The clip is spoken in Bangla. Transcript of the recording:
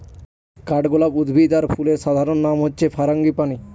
কাঠগলাপ উদ্ভিদ আর ফুলের সাধারণ নাম হচ্ছে ফারাঙ্গিপানি